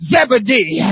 Zebedee